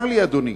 צר לי, אדוני,